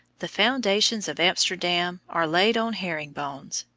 the foundations of amsterdam are laid on herring-bones,